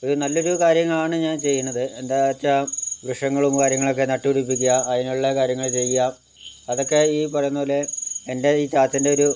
അത് നല്ലൊരു കാര്യങ്ങളാണ് ഞാൻ ചെയ്യണത് എന്താണെന്ന് വെച്ചാൽ വൃക്ഷങ്ങളും കാര്യങ്ങളുമൊക്കെ നട്ടുപിടിപ്പിക്കുക അതിനുള്ള കാര്യങ്ങള് ചെയ്യുക അതൊക്കെ ഈ പറയുന്നപോലെ എൻ്റെ ഈ ചാച്ചൻ്റെ ഒരു